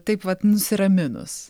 taip vat nusiraminus